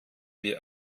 wie